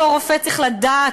אותו רופא צריך לדעת,